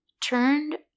turned